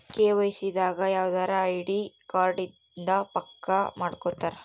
KYC ದಾಗ ಯವ್ದರ ID card ಇಂದ ಪಕ್ಕ ಮಾಡ್ಕೊತರ